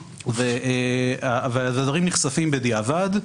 הדברים נחשפים בדיעבד.